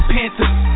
Panthers